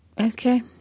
Okay